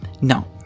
No